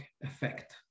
effect